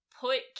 put